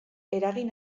eragin